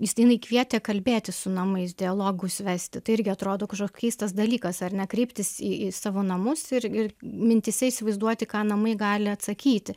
jis tenai kvietė kalbėtis su namais dialogus vesti tai irgi atrodo kažkoks keistas dalykas ar ne kreiptis į į savo namus ir ir mintyse įsivaizduoti ką namai gali atsakyti